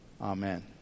Amen